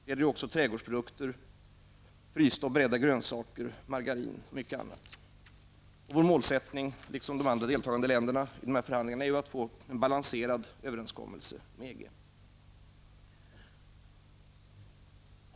Det gäller även trädgårdsprodukter, frysta och beredda grönsaker, margarin och mycket annat. Vår målsättning, liksom andra deltagande länders målsättningar i dessa förhandlingar, är att få en balanserad överenskommelse med EG.